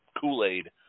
Kool-Aid